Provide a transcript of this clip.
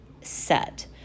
set